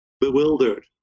bewildered